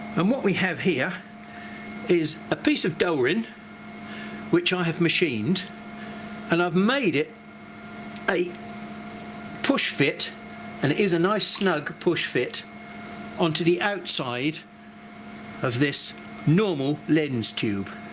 and what we have here is a piece of delrin which i have machined and i've made it a push fit and it is a nice snug push fit onto the outside of this normal lens tube.